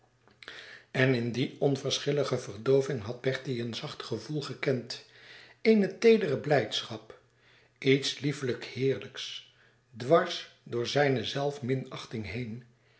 en in die onverschillige verdooving had bertie een zacht gevoel gekend eene teedere blijdschap iets lieflijk heerlijks dwars door zijne zelfminachting heen